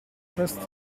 questo